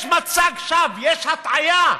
יש מצג שווא, יש הטעיה,